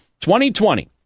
2020